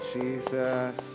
Jesus